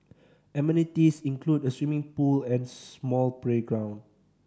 amenities include a swimming pool and small playground